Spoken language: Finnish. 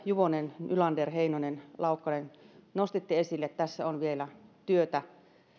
juvonen nylander heinonen ja laukkanen nostivat esille että tässä on vielä työtä